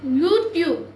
YouTube